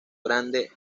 grande